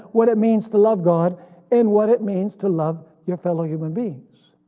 what it means to love god and what it means to love your fellow human beings.